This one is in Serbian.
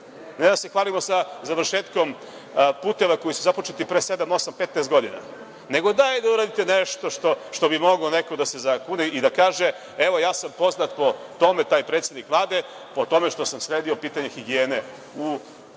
ne da se hvalimo sa završetkom puteva koji su započeti pre sedam, osam, petnaest godina, nego daj da uradite nešto što bi mogao neko da se zakune i da kaže – evo, ja sam poznat po tome, taj predsednik Vlade, što sam sredio pitanje higijene u